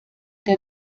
der